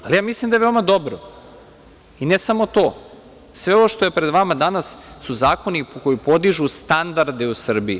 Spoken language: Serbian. Ali, ja mislim da je veoma dobro. ne samo to, sve ovo što je pred vama danas, to su zakoni koji podižu standarde u Srbiji.